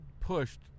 pushed